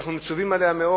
שאנחנו מצווים עליה מאוד.